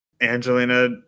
Angelina